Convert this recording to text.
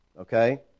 Okay